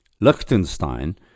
Liechtenstein